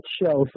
show